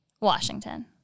Washington